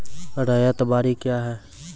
रैयत बाड़ी क्या हैं?